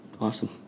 Awesome